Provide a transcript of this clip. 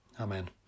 Amen